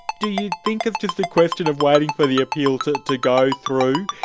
do you think it's just a question of waiting for the appeal to to go through?